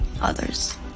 others